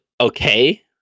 okay